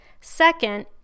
Second